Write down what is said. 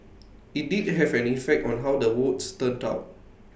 IT did have an effect on how the votes turned out